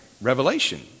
revelation